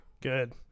good